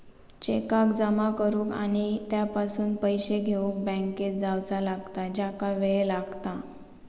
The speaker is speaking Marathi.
चेकाक जमा करुक आणि त्यापासून पैशे घेउक बँकेत जावचा लागता ज्याका वेळ लागता